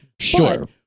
sure